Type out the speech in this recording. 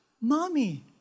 Mommy